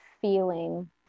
feeling